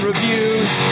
Reviews